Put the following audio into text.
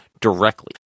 directly